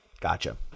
Gotcha